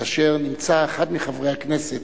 כאשר נמצא אחד מחברי הכנסת